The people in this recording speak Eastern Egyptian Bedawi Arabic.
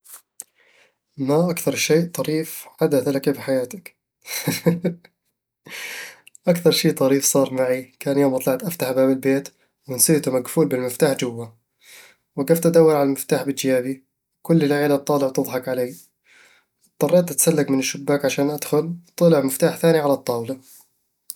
ما أكثر شيء طريف حدث لك بحياتك؟ أكثر شي طريف صار معي كان يوم طلعت أفتح باب البيت ونسيته مقفول بالمفتاح جوّا وقفت أدوّر المفتاح بجيابي، وكل العيلة تطالع وتضحك علي اضطريت أتسلق من الشباك عشان أدخل، وطلع مفتاح ثاني على الطاولة